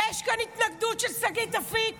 ויש כאן התנגדות של שגית אפיק